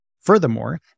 Furthermore